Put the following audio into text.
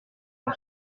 bon